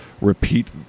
repeat